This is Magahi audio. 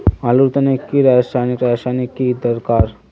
आलूर तने की रासायनिक रासायनिक की दरकार?